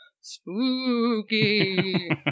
Spooky